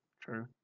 True